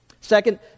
Second